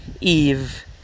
Eve